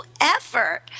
effort